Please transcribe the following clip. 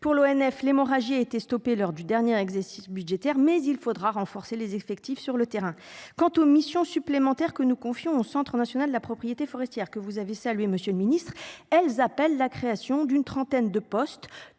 pour l'ONF l'hémorragie a été stoppée lors du dernier exercice budgétaire mais il faudra renforcer les effectifs sur le terrain. Quant aux missions supplémentaires que nous confions au Centre national de la propriété forestière que vous avez salué Monsieur le Ministre, elles appellent la création d'une trentaine de postes